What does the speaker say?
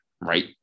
right